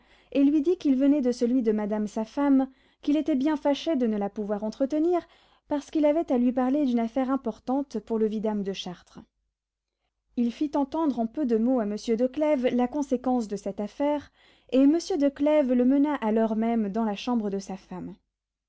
et lui dit qu'il venait de celui de madame sa femme qu'il était bien fâché de ne la pouvoir entretenir parce qu'il avait à lui parler d'une affaire importante pour le vidame de chartres il fit entendre en peu de mots à monsieur de clèves la conséquence de cette affaire et monsieur de clèves le mena à l'heure même dans la chambre de sa femme